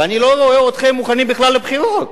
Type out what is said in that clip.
ואני לא רואה אתכם מוכנים בכלל לבחירות.